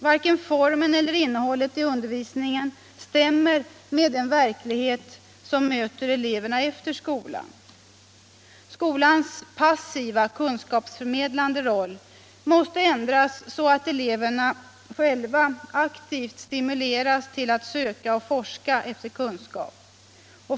Varken formen eller innehållet i undervisningen stämmer med den verklighet som möter eleverna efter skolan. Skolans passiva kunskapsförmedlingsroll måste ändras så att eleverna själva aktivt stimuleras till att söka och forska efter kunskap.